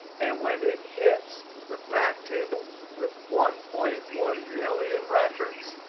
and when it hits the fact table with one point one million records,